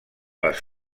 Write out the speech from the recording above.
les